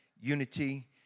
unity